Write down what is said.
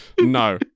no